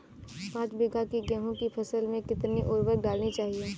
पाँच बीघा की गेहूँ की फसल में कितनी उर्वरक डालनी चाहिए?